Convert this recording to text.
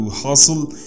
hustle